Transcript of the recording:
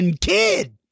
kid